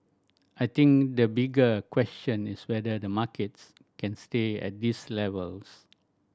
I think the bigger question is whether the markets can stay at these levels